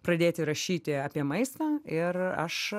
pradėti rašyti apie maistą ir aš